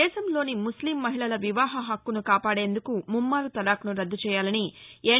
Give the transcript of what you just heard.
దేశంలోని ముస్లిం మహిళల వివాహ హక్కును కాపాదేందుకు ముమ్మారు తలాక్ను రద్గు చేయాలని ఎస్